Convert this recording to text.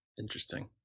interesting